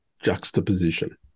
juxtaposition